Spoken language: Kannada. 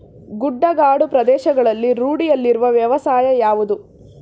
ಗುಡ್ಡಗಾಡು ಪ್ರದೇಶಗಳಲ್ಲಿ ರೂಢಿಯಲ್ಲಿರುವ ವ್ಯವಸಾಯ ಯಾವುದು?